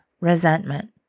resentment